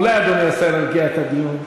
אולי אדוני השר ירגיע את הדיון?